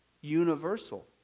universal